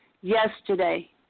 Yesterday